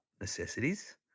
necessities